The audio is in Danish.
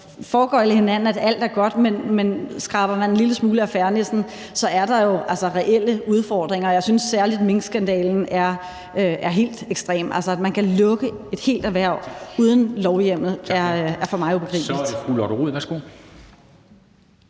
foregøgle hinanden, at alt er godt, men skraber man en lille smule af fernissen, er der jo altså reelle udfordringer, og jeg synes særlig, at minkskandalen er helt ekstrem. At man kan lukke et helt erhverv uden lovhjemmel, er for mig ubegribeligt. Kl. 16:43 Formanden